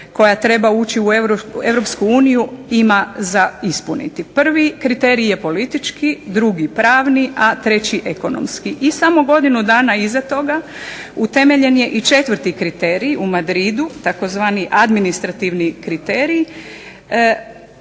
koja treba ući u Europsku uniju ima za ispuniti. Prvi kriterij je politički, drugi pravni, a treći ekonomski. I samo godinu dana iza toga utemeljen je i četvrti kriterij u Madridu, tzv. administrativni kriterij